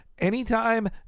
anytime